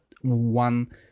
one